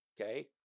Okay